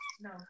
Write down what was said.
No